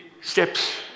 steps